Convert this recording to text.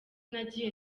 nagiye